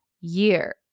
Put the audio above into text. year